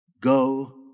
Go